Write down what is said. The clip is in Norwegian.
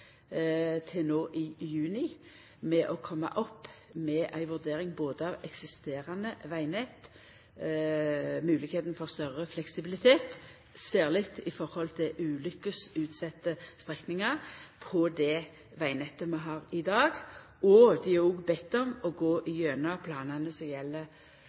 til i juni med å koma opp med ei vurdering av eksisterande vegnett og høve til større fleksibilitet, særleg for ulukkesutsette strekningar på det vegnettet vi har i dag, og dei er òg bedne om å gå gjennom planane som gjeld